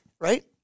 Right